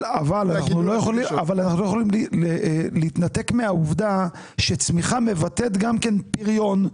אבל אנחנו לא יכולים להתנתק מהעובדה שצמיחה מבטאת גם כן פריון,